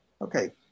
Okay